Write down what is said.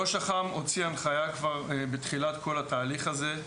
ראש אח"ם הוציא הנחיה כבר בתחילת כל התהליך הזה,